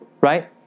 right